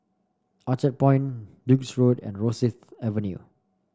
Orchard Point Duke's Road and Rosyth Avenue